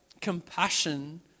compassion